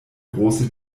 große